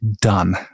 done